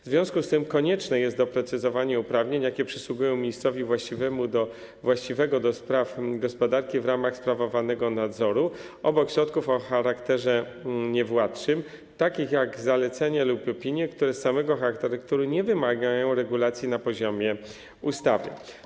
W związku z tym konieczne jest doprecyzowanie uprawnień, jakie przysługują ministrowi właściwemu do spraw gospodarki w ramach sprawowanego nadzoru obok środków o charakterze niewładczym, takich jak zalecenia lub opinie, które z samego charakteru nie wymagają regulacji na poziomie ustawy.